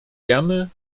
gerne